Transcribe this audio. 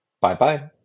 Bye-bye